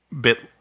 bit